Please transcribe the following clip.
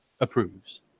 approves